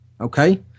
Okay